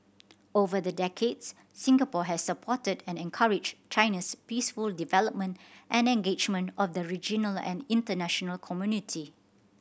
over the decades Singapore has supported and encouraged China's peaceful development and engagement of the regional and international community